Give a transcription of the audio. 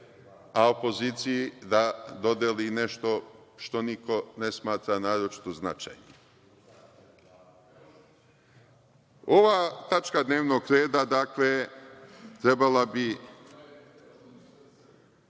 a opoziciji da dodeli nešto što niko ne smatra naročito značajnim. Ova tačka dnevnog reda trebala bi